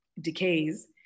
decays